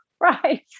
right